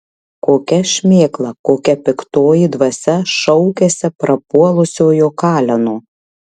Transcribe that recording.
kokia šmėkla kokia piktoji dvasia šaukiasi prapuolusiojo kaleno